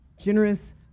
generous